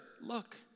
look